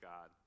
God